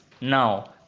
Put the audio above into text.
Now